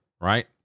Right